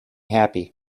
happy